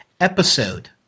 episode